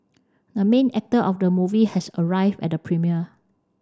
the main actor of the movie has arrived at the premiere